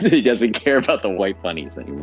he doesn't care about the white bunnies anymore.